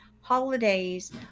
holidays